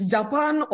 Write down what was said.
Japan